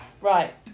Right